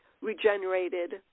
regenerated